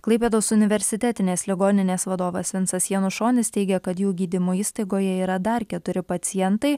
klaipėdos universitetinės ligoninės vadovas vincas janušonis teigia kad jų gydymo įstaigoje yra dar keturi pacientai